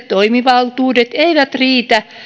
toimivaltuudet eivät riitä